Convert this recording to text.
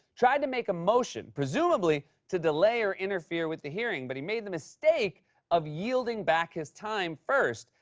tried to make a motion, presumably to delay or interfere with the hearing. but he made the mistake of yielding back his time first,